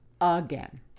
again